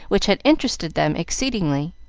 which had interested them exceedingly.